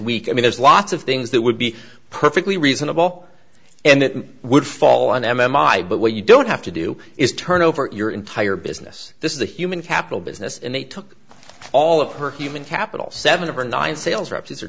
week i mean there's lots of things that would be perfectly reasonable and it would fall on m r i but what you don't have to do is turn over your entire business this is a human capital business and they took all of her human capital seven of her nine sales reps are